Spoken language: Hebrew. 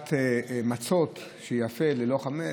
למצוות מצות שייאפו ללא חמץ,